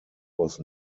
was